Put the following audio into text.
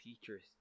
teachers